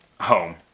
home